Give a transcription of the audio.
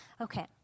Okay